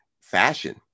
fashion